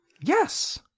yes